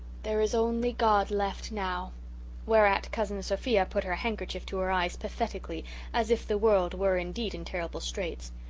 there is only god left now whereat cousin sophia put her handkerchief to her eyes pathetically as if the world were indeed in terrible straits.